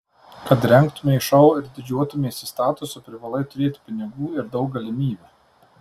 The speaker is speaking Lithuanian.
kad rengtumei šou ir didžiuotumeisi statusu privalai turėti pinigų ir daug galimybių